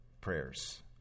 prayers